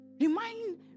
Remind